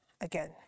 again